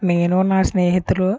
నేను నా స్నేహితులు